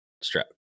strap